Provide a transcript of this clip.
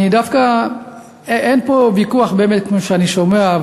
דווקא אין פה ויכוח באמת כמו שאני שומע,